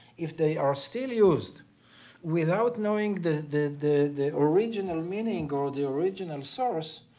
if they are still used without knowing the the original meaning or the original source,